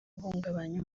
guhungabanya